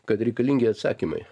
kad reikalingi atsakymai